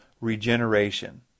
regeneration